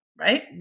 right